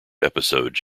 episodes